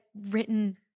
written